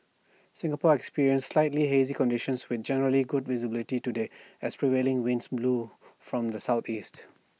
Singapore experienced slightly hazy conditions with generally good visibility today as prevailing winds blow from the Southeast